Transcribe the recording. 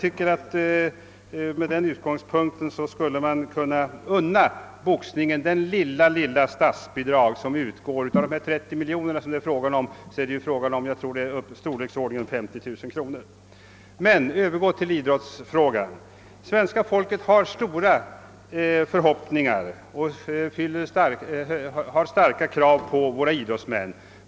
Från den utgångspunkten tycker jag vi kan unna boxningen det lilla statsbidrag som nu utgår, omkring 20 000 kronor av de 30 miljoner kronor som går till idrotten i stort. Efter detta vill jag övergå till idrottsfrågan i vidare mening. Svenska folket hyser stora förhoppningar om och har starka krav på våra idrottsmän.